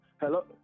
Hello